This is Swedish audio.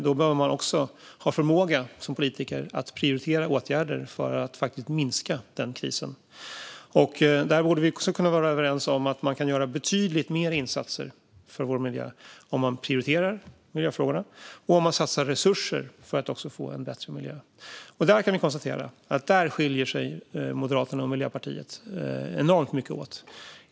Då behöver man som politiker ha förmåga att prioritera åtgärder för att minska också den krisen. Där borde vi också kunna vara överens om att man kan göra betydligt fler insatser för vår miljö om man prioriterar miljöfrågorna och om man satsar resurser för att också få en bättre miljö. Vi kan konstatera att Moderaterna och Miljöpartiet skiljer sig enormt mycket åt där.